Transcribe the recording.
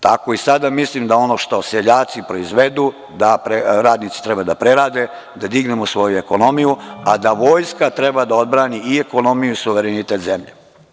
Tako i sada mislim da ono što seljaci proizvedu da radnici treba da prerade, da dignemo svoju ekonomiju, a da vojska treba da odbrani i ekonomiju i suverenitet zemlje.